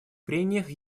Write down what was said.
прениях